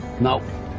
No